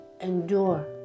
endure